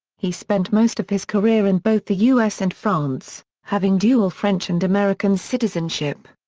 he spent most of his career in both the u s. and france, having dual french and american citizenship.